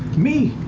me.